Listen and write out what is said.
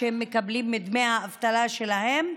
הם מקבלים את דמי האבטלה שלהם,